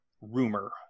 rumor